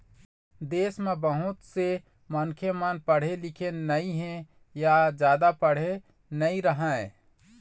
देश म बहुत से मनखे मन पढ़े लिखे नइ हे य जादा पढ़े नइ रहँय